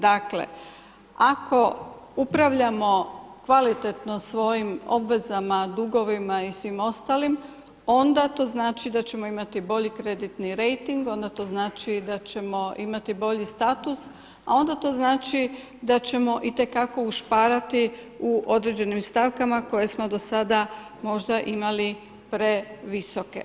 Dakle, ako upravljamo kvalitetno svojim obvezama, dugovima i svim ostalim onda to znači da ćemo imati bolji kreditni rejting, onda to znači da ćemo imati bolji status a onda to znači da ćemo itekako ušparati u određenim stavkama koje smo do sada možda imali previsoke.